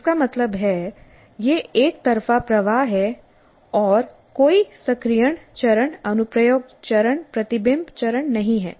इसका मतलब है यह एकतरफा प्रवाह है और कोई सक्रियण चरणअनुप्रयोग चरणप्रतिबिंब चरण नहीं है